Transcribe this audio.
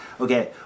okay